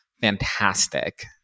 fantastic